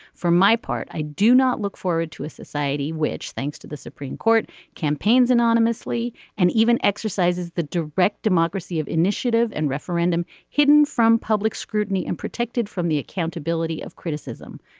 for my part i do not look forward to a society which thanks to the supreme court campaigns anonymously and even exercise the direct democracy of initiative and referendum hidden from public scrutiny and protected from the accountability of criticism.